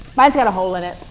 mine's got a hole in it.